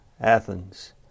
Athens